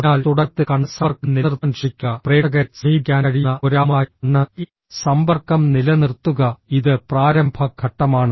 അതിനാൽ തുടക്കത്തിൽ കണ്ണ് സമ്പർക്കം നിലനിർത്താൻ ശ്രമിക്കുക പ്രേക്ഷകരെ സമീപിക്കാൻ കഴിയുന്ന ഒരാളുമായി കണ്ണ് സമ്പർക്കം നിലനിർത്തുക ഇത് പ്രാരംഭ ഘട്ടമാണ്